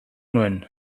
nuen